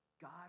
God